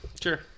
sure